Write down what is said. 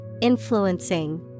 influencing